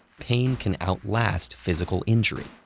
pain can outlast physical injury.